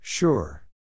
Sure